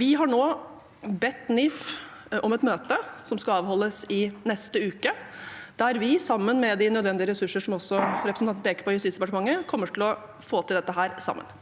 Vi har nå bedt NIF om et møte, som skal avholdes i neste uke, der vi sammen med de nødvendige ressurser i Justisdepartementet, som også representanten peker på, kommer til å få til dette sammen.